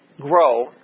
grow